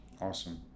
Awesome